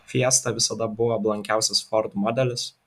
fiesta visada buvo blankiausias ford modelis